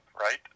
right